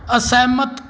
ਅਸਹਿਮਤ